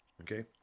Okay